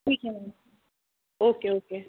ठीक है ma'am okay okay